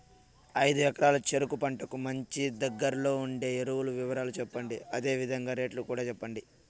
ఐదు ఎకరాల చెరుకు పంటకు మంచి, దగ్గర్లో ఉండే ఎరువుల వివరాలు చెప్పండి? అదే విధంగా రేట్లు కూడా చెప్పండి?